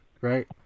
Right